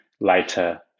later